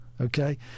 Okay